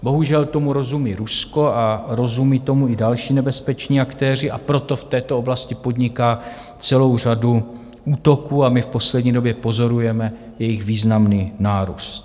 Bohužel tomu rozumí Rusko a rozumí tomu i další nebezpeční aktéři, a proto v této oblasti podniká celou řadu útoků, a my v poslední době pozorujeme jejich významný nárůst.